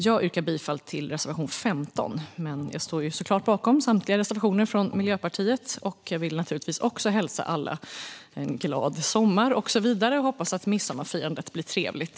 Jag yrkar bifall till reservation 15 men står självklart bakom samtliga reservationer från Miljöpartiet. Jag vill naturligtvis också önska alla en glad sommar och så vidare och hoppas att midsommarfirandet blir trevligt.